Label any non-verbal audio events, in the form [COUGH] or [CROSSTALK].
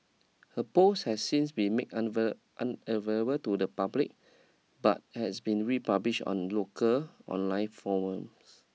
her post has since been made [UNINTELLIGIBLE] unavailable to the public but has been republished on local online forums